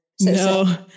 No